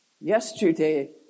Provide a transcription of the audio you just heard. yesterday